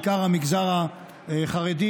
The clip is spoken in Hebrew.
בעיקר המגזר החרדי,